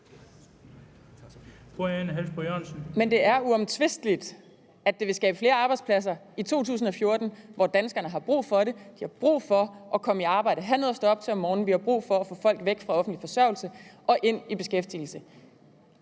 (S): Det er uomtvisteligt, at det vil skabe flere arbejdspladser i 2014, hvor danskerne har brug for det. De har brug for at komme i arbejde og have noget at stå op til om morgenen; vi har brug for at få folk væk fra offentlig forsørgelse og i beskæftigelse.